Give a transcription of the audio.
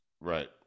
right